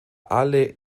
alle